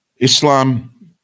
Islam